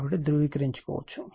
కాబట్టి ధృవీకరించుకోవచ్చు